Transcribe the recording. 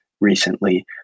recently